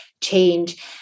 change